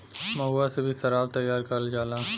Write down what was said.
महुआ से भी सराब तैयार करल जाला